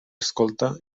escolta